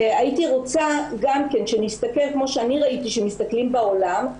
הייתי רוצה שנסתכל כמו שראיתי שמסתכלים בעולם.